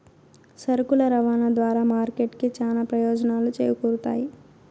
సరుకుల రవాణా ద్వారా మార్కెట్ కి చానా ప్రయోజనాలు చేకూరుతాయి